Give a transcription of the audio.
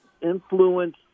influence